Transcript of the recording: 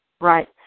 Right